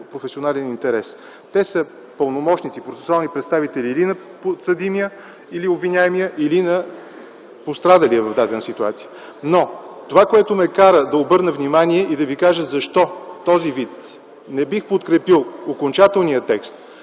професионален интерес – те са пълномощници, професионални представители на подсъдимия или обвиняемия, или на пострадалия в дадена ситуация. Но това, което ме кара да обърна внимание и да ви кажа защо не бих подкрепил в този вид окончателния текст,